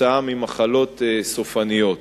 כתוצאה ממחלות סופניות.